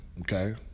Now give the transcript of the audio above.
Okay